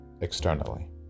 externally